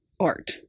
art